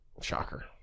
Shocker